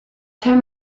time